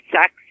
sex